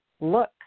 look